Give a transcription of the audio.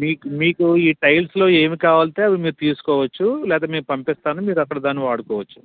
మీక్ మీకు ఈ టైల్స్లో ఏమి కావాలంటే అవి మీరు తీసుకోవచ్చు లేకపోతే నేను పంపిస్తాను మీరక్కడ దాన్ని వాడుకోవచ్చు